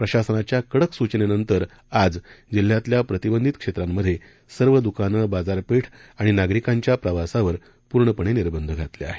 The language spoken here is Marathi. प्रशासनाच्या कडक सूचनेनंतर आज जिल्ह्यातल्या प्रतिबंधित क्षेत्रांमध्ये सर्व द्कानं बाजारपेठ आणि नागरिकांच्या प्रवासावर पूर्णपणे निर्बंध घातले आहेत